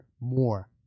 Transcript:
more